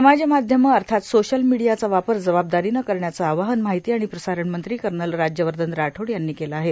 समाजमाध्यमं अर्थात सोशल मिडीयाचा वापर जबाबदारीनं करण्याचं आवाहन माहिती आणि प्रसारण मंत्री कर्नल राज्यवर्धन राठोड यांनी केलं आहे